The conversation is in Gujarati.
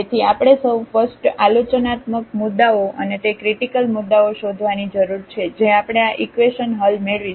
તેથી આપણે સૌ ફસ્ટઆલોચનાત્મક મુદ્દાઓ અને તે ક્રિટીકલ મુદ્દાઓ શોધવાની જરૂર છે જે આપણે આ ઇકવેશન હલ મેળવીશું